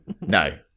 no